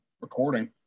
recording